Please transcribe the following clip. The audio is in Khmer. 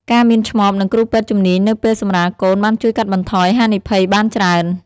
ការមានឆ្មបនិងគ្រូពេទ្យជំនាញនៅពេលសម្រាលកូនបានជួយកាត់បន្ថយហានិភ័យបានច្រើន។